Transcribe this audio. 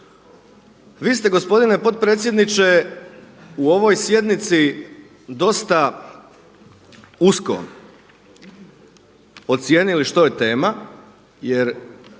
Vi ste gospodine potpredsjedniče u ovoj sjednici dosta usko ocijenili što je tema jer